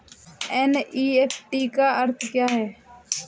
NEFT का अर्थ क्या है?